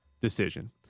decision